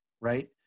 Right